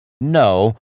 No